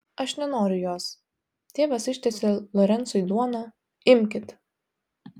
aš nenoriu jos tėvas ištiesė lorencui duoną imkit